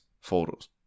photos